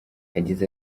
yagize